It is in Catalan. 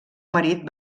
marit